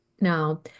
now